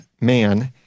man